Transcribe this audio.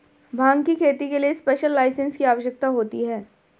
भांग की खेती के लिए स्पेशल लाइसेंस की आवश्यकता होती है